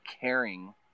caring